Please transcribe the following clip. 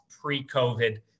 pre-COVID